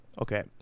okay